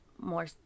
more